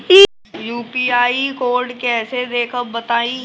UPI code कैसे देखब बताई?